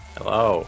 Hello